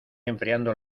enfriando